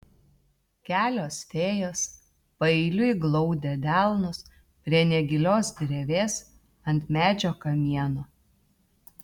kelios fėjos paeiliui glaudė delnus prie negilios drevės ant medžio kamieno